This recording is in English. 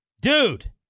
Dude